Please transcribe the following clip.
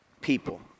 people